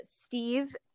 Steve